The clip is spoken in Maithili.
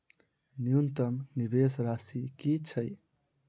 न्यूनतम निवेश राशि की छई?